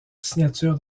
signature